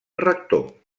rector